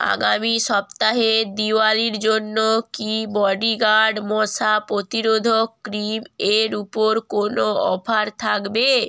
আগামী সপ্তাহে দিওয়ালির জন্য কি বডিগার্ড মশা প্রতিরোধক ক্রিম এর উপর কোনো অফার থাকবে